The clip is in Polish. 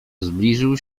zbliżył